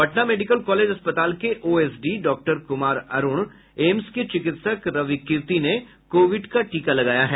Patna medical college अस्पताल के OSD doctor Kumar Arun AIIMS के चिकित्सक रवि कीर्ति ने कोविड का टीका लगाया है